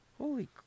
Holy